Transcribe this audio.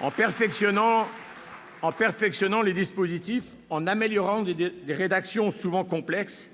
En perfectionnant les dispositifs, en améliorant des rédactions souvent complexes